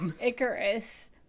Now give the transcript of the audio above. Icarus